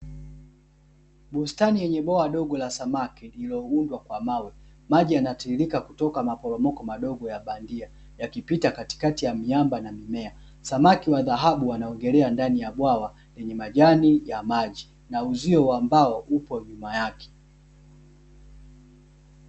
Bustani yenye bwawa ndogo liloundwa kwa mawe maji yanatiririka kutoka kwenye bwawa bandia yakipita katikati ya miamba na mimea samaki wa dhahabu wanaogelea ndani ya bwawa lenye majani na uzio wa mbao ukiwa nyuma yake